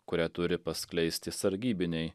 kurią turi paskleisti sargybiniai